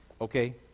Okay